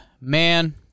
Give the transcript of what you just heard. Man